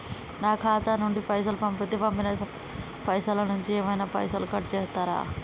నా ఖాతా నుండి పైసలు పంపుతే పంపిన పైసల నుంచి ఏమైనా పైసలు కట్ చేత్తరా?